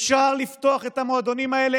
אפשר לפתוח את המועדונים האלה.